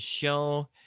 show